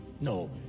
No